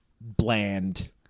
bland